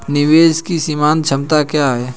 निवेश की सीमांत क्षमता क्या है?